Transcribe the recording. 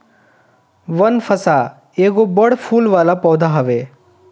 बनफशा एगो बड़ फूल वाला पौधा हवे